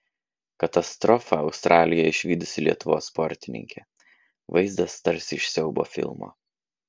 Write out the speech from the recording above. katastrofą australijoje išvydusi lietuvos sportininkė vaizdas tarsi iš siaubo filmo